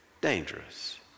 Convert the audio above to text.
dangerous